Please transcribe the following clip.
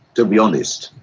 to be honest,